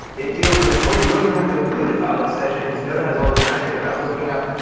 it deals with it for you. you don't even have to include it file extension, because node has all this magic about looking up,